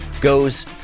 goes